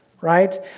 Right